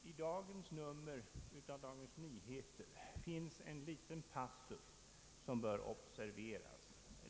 I dagens nummer av Dagens Nyheter finns en liten passus som bör observeras.